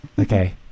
okay